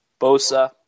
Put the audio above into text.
Bosa